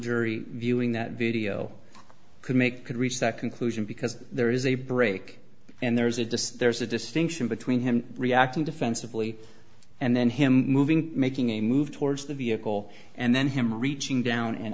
jury viewing that video could make could reach that conclusion because there is a break and there's a distance the distinction between him reacting defensively and then him moving making a move towards the vehicle and then him reaching down